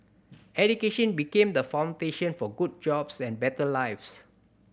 education became the foundation for good jobs and better lives